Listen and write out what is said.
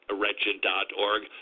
wretched.org